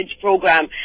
program